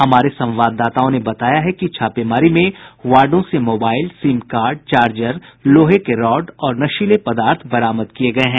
हमारे संवाददाताओं ने बताया है कि छापेमारी में वार्डों से मोबाईल सिम कार्ड चार्जर लोहे के रॉड और नशीले पदार्थ बरामद किये गये है